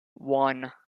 one